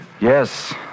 Yes